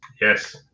Yes